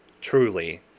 truly